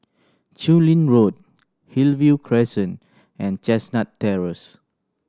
Chu Lin Road Hillview Crescent and Chestnut Terrace